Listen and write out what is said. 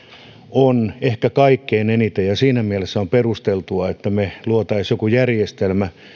on ehkä kaikkein eniten ja siinä mielessä on perusteltua että me loisimme jonkun järjestelmän